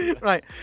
right